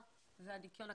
למציאות.